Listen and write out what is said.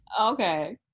Okay